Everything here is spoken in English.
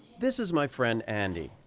this is my friend andy.